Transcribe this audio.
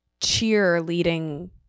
cheer-leading